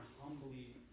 humbly